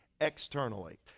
externally